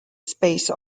space